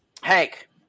Hank